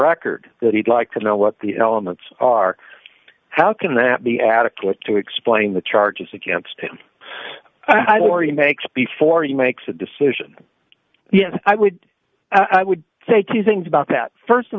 record that he'd like to know what the elements are how can that be adequate to explain the charges against him i know already makes before he makes a decision yes i would i would say two things about that st of